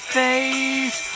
face